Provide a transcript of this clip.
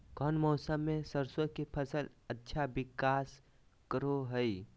कौन मौसम मैं सरसों के फसल अच्छा विकास करो हय?